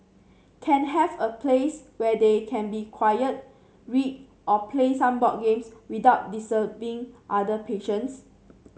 can have a place where they can be quiet read or play some board games without other patients